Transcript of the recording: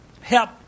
help